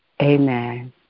Amen